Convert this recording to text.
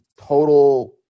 total